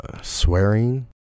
swearing